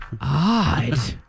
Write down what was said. Odd